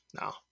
no